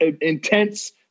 intense